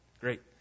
great